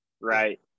right